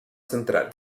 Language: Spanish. central